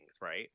right